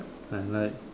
I like